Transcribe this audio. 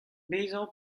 bezañ